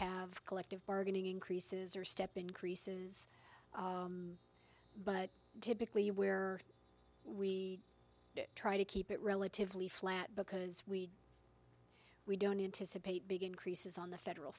have collective bargaining increases or step increases but typically where we try to keep it relatively flat because we we don't anticipate big increases on the federal